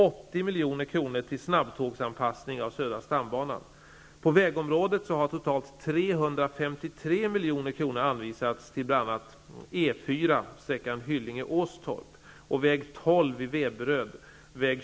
80 milj.kr. har anslagits till snabbtågsanpassning av södra stambanan. På vägområdet har totalt 353 milj.kr.